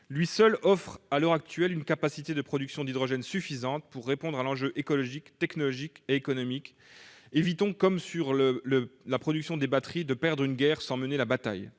Lui seul offre, à l'heure actuelle, une capacité de production d'hydrogène suffisante pour répondre à l'enjeu écologique, technologique et économique. Évitons, comme pour la production des batteries, de perdre la guerre sans mener la bataille.